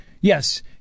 Yes